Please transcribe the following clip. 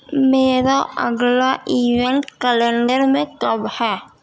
میرا اگلا event calendar میں کب ہے